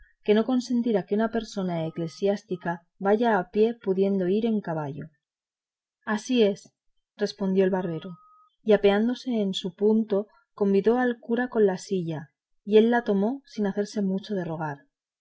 que no consentirá que una persona eclesiástica vaya a pie pudiendo ir a caballo así es respondió el barbero y apeándose en un punto convidó al cura con la silla y él la tomó sin hacerse mucho de rogar